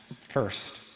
first